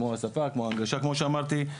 כמו השפה, כמו הנגשה, כמו שאמרתי.